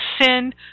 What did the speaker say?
sin